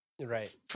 Right